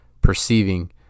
perceiving